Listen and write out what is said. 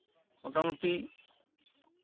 ᱢᱳᱴᱟᱢᱩᱴᱤ